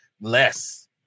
less